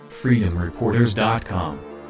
FreedomReporters.com